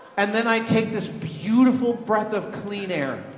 and then i take this beautiful breath of clean air.